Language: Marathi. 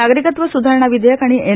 नागरिकत्व सुधारणा विषेयक आणि एन